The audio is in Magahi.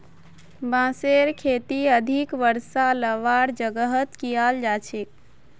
बांसेर खेती अधिक वर्षा वालार जगहत कियाल जा छेक